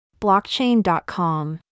Blockchain.com